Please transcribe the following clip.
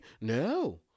No